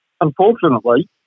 unfortunately